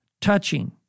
Touching